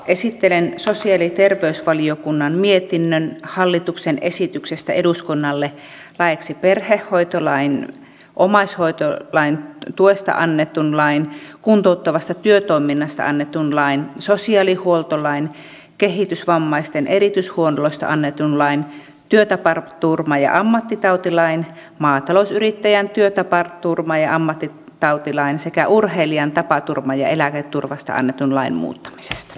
esittelen sosiaali ja terveysvaliokunnan mietinnön hallituksen esityksestä eduskunnalle laeiksi perhehoitolain omaishoidon tuesta annetun lain kuntouttavasta työtoiminnasta annetun lain sosiaalihuoltolain kehitysvammaisten erityishuollosta annetun lain työtapaturma ja ammattitautilain maatalousyrittäjän työtapaturma ja ammattitautilain sekä urheilijan tapaturma ja eläketurvasta annetun lain muuttamisesta